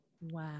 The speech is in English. wow